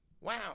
Wow